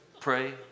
pray